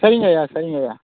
சரிங்க ஐயா சரிங்க ஐயா